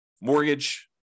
mortgage